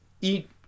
eat